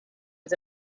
was